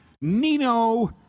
Nino